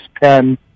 pen